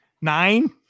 nine